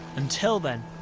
until then,